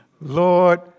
Lord